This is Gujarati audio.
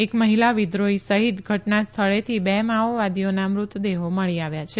એક મહિલા વિદ્રોહી સહીત ઘટના સ્થળેથી બે માઓવાદીના મતદેહો મળી આવ્યા છે